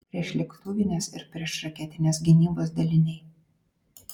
priešlėktuvinės ir priešraketinės gynybos daliniai